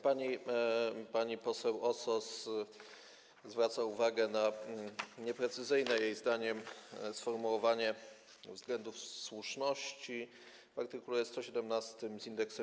Pani poseł Osos zwraca uwagę na nieprecyzyjne jej zdaniem sformułowanie względów słuszności w art. 117.